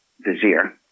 Vizier